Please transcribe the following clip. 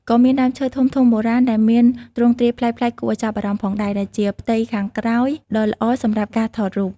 ក៏មានដើមឈើធំៗបុរាណដែលមានទ្រង់ទ្រាយប្លែកៗគួរឲ្យចាប់អារម្មណ៍ផងដែរ ដែលជាផ្ទៃខាងក្រោយដ៏ល្អសម្រាប់ការថតរូប។